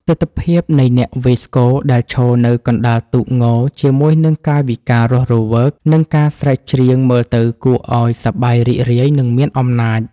ទិដ្ឋភាពនៃអ្នកវាយស្គរដែលឈរនៅកណ្តាលទូកង ជាមួយនឹងកាយវិការរស់រវើក និងការស្រែកច្រៀងមើលទៅគួរឲ្យសប្បាយរីករាយ និងមានអំណាច។